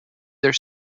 their